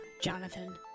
Jonathan